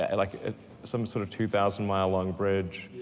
and like some sort of two thousand mile long bridge,